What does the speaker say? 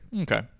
Okay